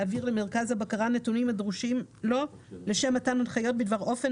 להעביר למרכז הבקרה נתונים הדרושים לו לשם מתן הנחיות בדבר אופן